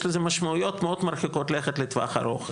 יש לזה משמעויות מאוד מרחיקות לכת לטווח ארוך.